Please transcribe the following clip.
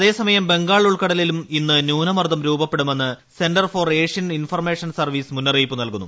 അതേസമയം ബംഗാൾ ഉൾക്കടലിലും ഇന്ന് ന്യൂനമർദ്ദം രൂപപ്പെടുമെന്ന് centre for ocean information service മുന്നറിയിപ്പ് നൽകുന്നു